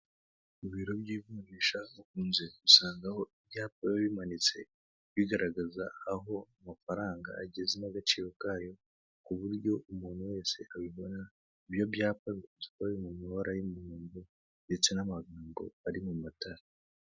Ibiro by'ivunjisha dukunze gusangaho ibyapa bimanitse bigaragaza aho amafaranga ageze n'agaciro kayo ku buryo umuntu wese abibona ibyo byapa bikunze kuba biri mu mabara y'umuhondo ndetse n'amagambo ari mu matara.